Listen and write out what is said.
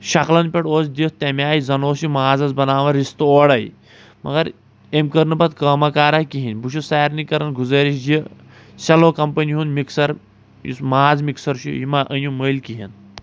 شکلن پٮ۪ٹھ اوس دِتھ تَمہِ آیہِ زَن اوس یہِ مازَس بَناوان رِستہٕ اورے مَگر أمۍ کٔر نہٕ پَتہٕ کٲمہ کارا کہینۍ بہٕ چھُس سارنٕے کرن گُزٲزِش زِ سیٚلو کَمپٔنی ہُنٛد مَکسر یُس ماز مِکسر چھُ یہِ مہ أنِو مٔلۍ کہینٛۍ